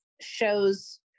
shows